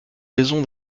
raison